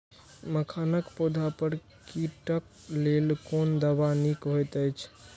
मखानक पौधा पर कीटक लेल कोन दवा निक होयत अछि?